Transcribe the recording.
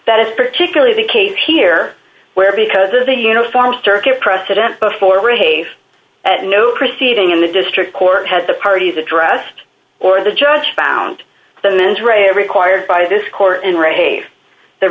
that is particularly the case here where because of the uniform circuit precedent before race at no proceeding in the district court had the parties addressed or the judge found the mens rea required by this court and rafe the